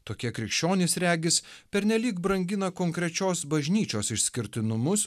tokie krikščionys regis pernelyg brangina konkrečios bažnyčios išskirtinumus